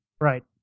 Right